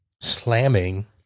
slamming